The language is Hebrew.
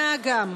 100 גם.